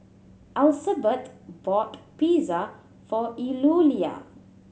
bought Pizza for Eulalia